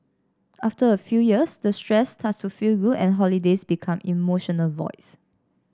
after a few years the stress starts to feel good and holidays become emotional voids